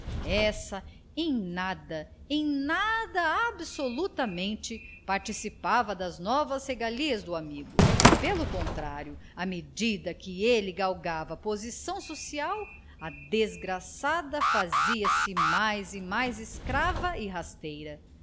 essa em nada em nada absolutamente participava das novas regalias do amigo pelo contrário à medida que ele galgava posição social a desgraçada fazia-se mais e mais escrava e rasteira